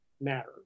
matter